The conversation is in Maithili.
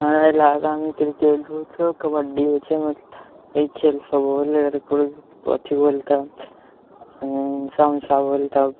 हमरा इलाका मे क्रिकेट होइ छै कबड्डी होइ छै ई खेल सब हो गेलै अथी होल तऽ हिंसा उनसा होल तब